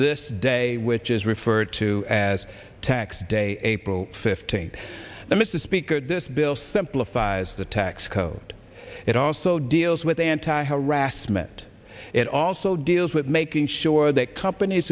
this day which is referred to as tax day april fifteenth the miss the speaker this bill simplifies the tax code it also deals with anti harassment it also deals with making sure that companies